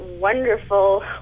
wonderful